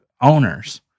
owners